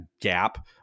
gap